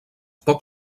poc